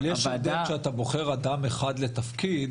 אבל יש הבדל כשאתה בוחר אדם אחד לתפקיד,